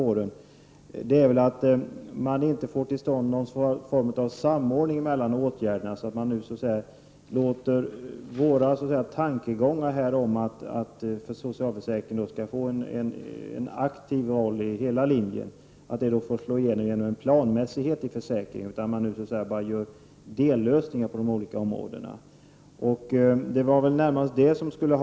Vi är oroliga för att det inte blir någon form av samordning mellan åtgärderna, så att våra tankar beträffande socialförsäkringen inte får någon aktiv roll över hela linjen och så att det inte blir planmässighet. Risken finns att det på de olika områdena bara blir dellösningar.